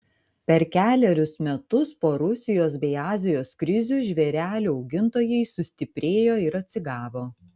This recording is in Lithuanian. per kelerius metus po rusijos bei azijos krizių žvėrelių augintojai sustiprėjo ir atsigavo